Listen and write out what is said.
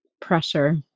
pressure